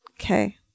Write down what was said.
Okay